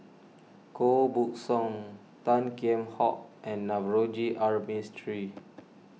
Koh Buck Song Tan Kheam Hock and Navroji R Mistri